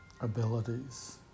abilities